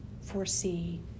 foresee